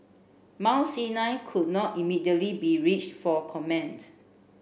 Mount Sinai could not immediately be reached for comment